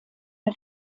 der